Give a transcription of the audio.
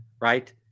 Right